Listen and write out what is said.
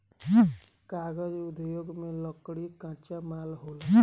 कागज़ उद्योग में लकड़ी कच्चा माल होला